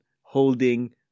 holding